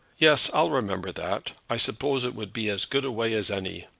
yes i'll remember that. i suppose it would be as good a way as any.